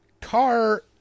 car